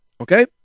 okay